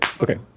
Okay